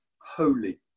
holy